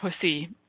Pussy